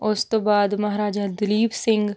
ਉਸ ਤੋਂ ਬਾਅਦ ਮਹਾਰਾਜਾ ਦਲੀਪ ਸਿੰਘ